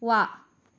ವಾಹ್